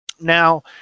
Now